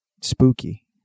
spooky